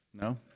No